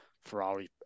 Ferrari